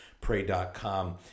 Pray.com